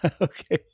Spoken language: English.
Okay